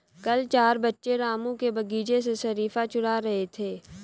कल चार बच्चे रामू के बगीचे से शरीफा चूरा रहे थे